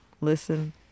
Listen